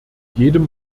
jedem